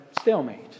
stalemate